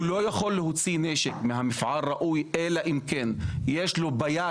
הוא לא יכול להוציא נשק מהמפעל ראוי אלא אם כן יש לו ביד,